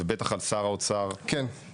ובטח על שר האוצר והכל.